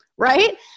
right